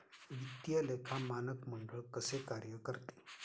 वित्तीय लेखा मानक मंडळ कसे कार्य करते?